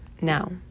now